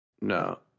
No